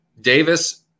Davis